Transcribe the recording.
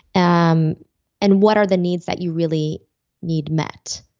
um and what are the needs that you really need met.